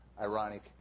ironic